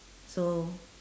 so